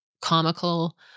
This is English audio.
comical